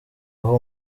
aho